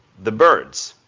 the birds.